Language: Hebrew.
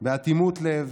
באטימות לב,